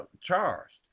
charged